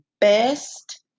best